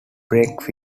break